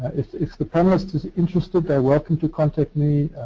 if if the panelist is interested they are welcome to contact me.